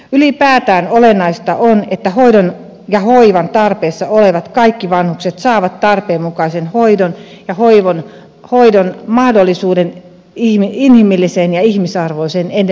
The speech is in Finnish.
ylipäätään olennaista on että kaikki hoidon ja hoivan tarpeessa olevat vanhukset saavat tarpeenmukaisen hoidon ja hoivan mahdollisuuden inhimilliseen ja ihmisarvoiseen elämään